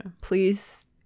Please